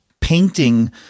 painting